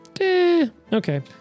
Okay